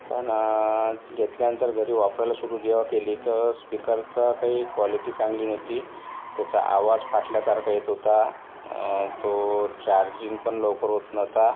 पण घेतल्यानंतर घरी वापरायला सुरू जेव्हा केली तर स्पीकरचा काही क्वालिटी चांगली नव्हती त्याचा आवाज फाटल्यासारखा येत होता तो चार्जिंगपण लवकर होत नव्हता